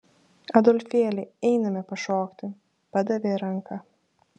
adolfėli einame pašokti padavė ranką